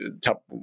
top